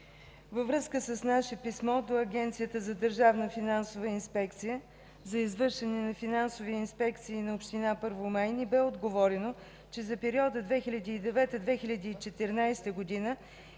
във връзка с наше писмо до Агенцията за държавна финансова инспекция (АДФИ) за извършване на финансови инспекции на община Първомай ни бе отговорено, че за периода 2009 – 2014 г. има